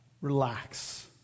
relax